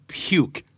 puke